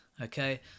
Okay